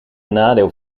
nadeel